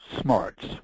smarts